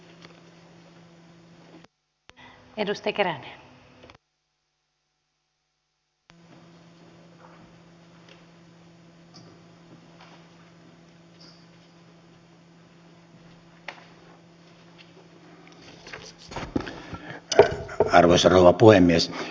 arvoisa rouva puhemies